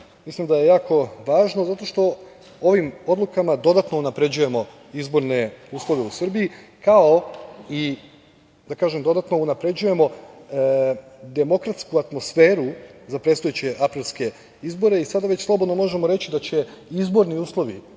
da je to jako važno zato što ovim odlukama dodatno unapređujemo izborne uslove u Srbiji, kao i da dodatno unapređujemo demokratsku atmosferu za predstojeće aprilske izbore. Sada već slobodno možemo reći da će izborni uslovi